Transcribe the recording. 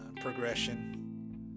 progression